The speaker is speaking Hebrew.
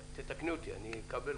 ותקני אותי אם אני טועה,